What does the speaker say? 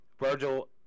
Virgil